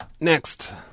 next